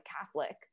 Catholic